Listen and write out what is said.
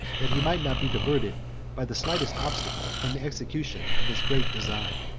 that he might not be diverted by the smallest obstacle from the execution of his great design.